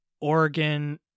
Oregon